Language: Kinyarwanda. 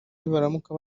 nibaramuka